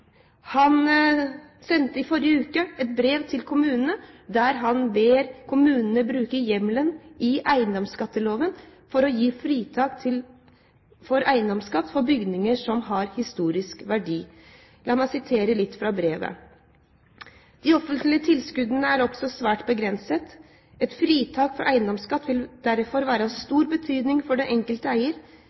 Han sendte i forrige uke et brev til kommunene der han ber kommunene bruke hjemmelen i eiendomsskatteloven for å gi fritak for eiendomsskatt for bygninger som har historisk verdi. La meg sitere litt fra brevet: «De offentlige tilskuddene er også svært begrenset. Et fritak for eiendomsskatt vil derfor være av stor betydning for den enkelte eier.